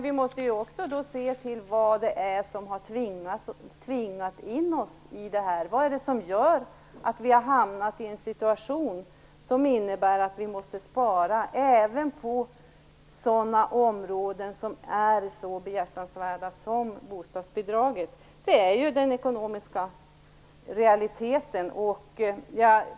Vi måste också se på vad det är som tvingat in oss i det, vad det är som gjort att vi har hamnat i en situation som innebär att vi måste göra besparingar även inom sådana behjärtansvärda områden som bostadsbidragen. Det är den ekonomiska realiteten.